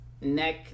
neck